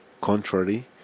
Contrary